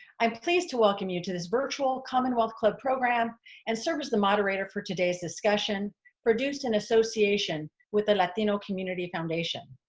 i'm pleased to welcome you to this virtual commonwealth club program and serve as the moderator for today's discussion produced in association with the latino community foundation